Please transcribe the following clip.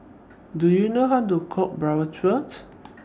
Do YOU know How to Cook Bratwurst